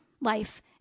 life